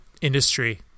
industry